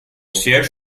siège